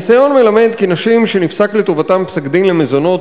הניסיון מלמד כי נשים שנפסק לטובתן פסק-דין למזונות